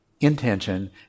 intention